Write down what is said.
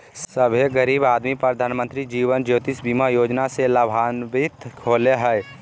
सभे गरीब आदमी प्रधानमंत्री जीवन ज्योति बीमा योजना से लाभान्वित होले हें